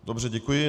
Dobře, děkuji.